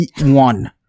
one